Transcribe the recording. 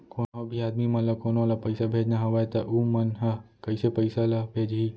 कोन्हों भी आदमी मन ला कोनो ला पइसा भेजना हवय त उ मन ह कइसे पइसा ला भेजही?